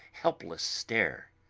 helpless stare.